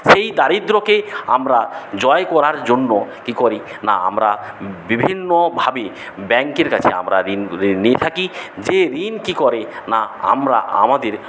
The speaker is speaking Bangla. সেই দারিদ্রকেই আমরা জয় করার জন্য কি করি না আমরা বিভিন্নভাবে ব্যাংকের কাছে আমরা ঋণ নিয়ে থাকি যে ঋণ কি করে না আমরা আমাদের